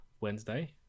Wednesday